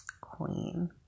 queen